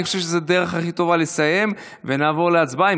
אני חושב שזו הדרך הכי טובה לסיים ונעבור להצבעה.